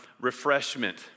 refreshment